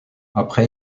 après